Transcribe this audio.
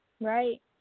Right